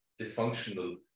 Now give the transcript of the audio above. dysfunctional